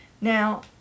Now